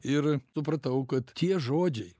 ir supratau kad tie žodžiai